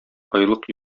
айлык